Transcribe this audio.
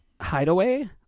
Hideaway